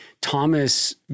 Thomas